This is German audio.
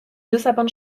lissabon